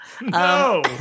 No